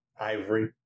Ivory